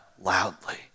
loudly